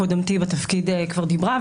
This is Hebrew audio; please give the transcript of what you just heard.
קודמתי בתפקיד כבר דיברה,